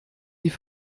die